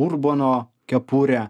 urbono kepurę